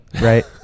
Right